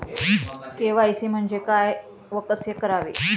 KYC म्हणजे काय व कसे करावे?